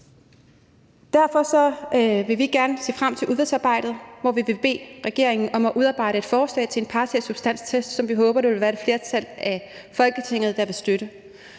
Derfor ser vi frem til udvalgsarbejdet, hvor vi vil bede regeringen om at udarbejde et forslag til en partiel substanstest, som vi håber at et flertal i Folketinget vil støtte.